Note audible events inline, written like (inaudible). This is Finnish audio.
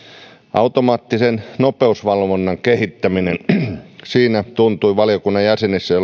automaattisen nopeusvalvonnan kehittäminen siinä tuntui valiokunnan jäsenissä (unintelligible)